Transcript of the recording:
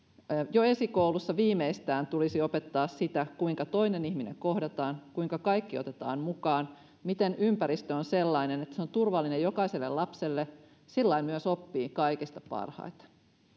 jo esikoulussa viimeistään tulisi opettaa sitä kuinka toinen ihminen kohdataan kuinka kaikki otetaan mukaan miten ympäristö on sellainen että se on turvallinen jokaiselle lapselle ja sillä lailla myös oppii kaikista parhaiten